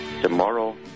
tomorrow